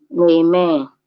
Amen